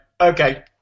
okay